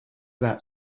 that